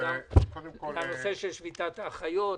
לנושא של שביתת האחיות,